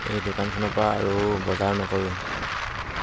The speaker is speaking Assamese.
এই দোকানখনৰপৰা আৰু বজাৰ নকৰো